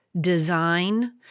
design